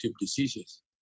diseases